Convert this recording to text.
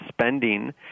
spending